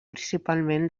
principalment